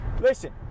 listen